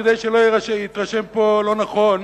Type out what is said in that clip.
כדי שלא יתרשמו לא נכון,